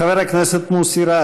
חבר הכנסת מוסי רז,